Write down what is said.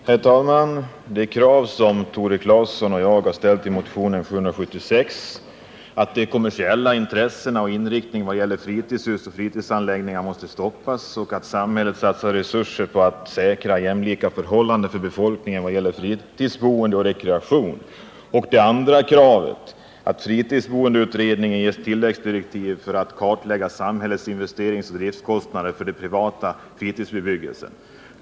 Herr talman! I motion nr 776 har Tore Claeson och jag krävt för det första att de kommersiella intressena stoppas när det gäller anläggandet av fritidshus och att samhället satsar resurser på att säkra jämlika förhållanden inom fritidsboende och rekreation samt för det andra att fritidsboendeutredningen ges tilläggsdirektiv för att klarlägga samhällets investeringsoch driftkostnader för den privata fritidsbebyggelsen.